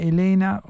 Elena